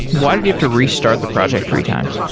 why did you have to restart the project three times?